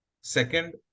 Second